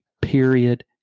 Period